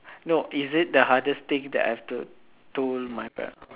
no is it the hardest thing that I've told to my parents